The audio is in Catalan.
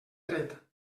dret